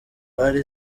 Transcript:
ari